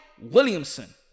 Williamson